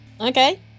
Okay